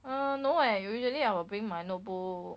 err no eh usually I will bring my notebook